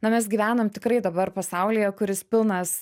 na mes gyvenam tikrai dabar pasaulyje kuris pilnas